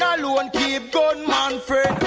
yeah alone keep gunman friend.